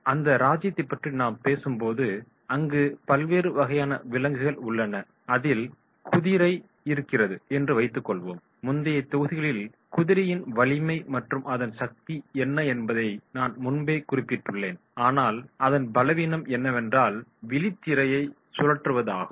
அந்த ராஜ்யத்தை பற்றி நாம் பேசும் போது அங்கு பல்வேறு வகையான விலங்குகள் உள்ளன அதில் குதிரை இருக்கிறது என்று வைத்துக்கொள்வோம் முந்தைய தொகுதிகளில் குதிரையின் வலிமை மற்றும் அதன் சக்தி என்ன என்பதை நான் முன்பே குறிப்பிட்டுள்ளேன் ஆனால் அதன் பலவீனம் என்னவென்றால் விழித்திரையை சுழற்றுவதாகும்